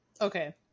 Okay